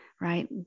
right